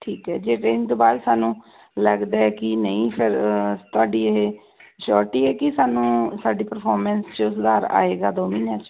ਠੀਕ ਹੈ ਜੇ ਟ੍ਰੇਨਿੰਗ ਤੋਂ ਬਾਅਦ ਸਾਨੂੰ ਲੱਗਦਾ ਕਿ ਨਹੀਂ ਫਿਰ ਤੁਹਾਡੀ ਇਹ ਸ਼ੋਰਟੀ ਹੈ ਕਿ ਸਾਨੂੰ ਸਾਡੀ ਪਰਫੋਰਮੈਂਸ 'ਚ ਸੁਧਾਰ ਆਵੇਗਾ ਦੋ ਮਹੀਨਿਆਂ 'ਚ